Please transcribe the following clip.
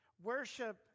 Worship